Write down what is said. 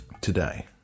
today